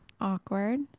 Awkward